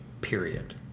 period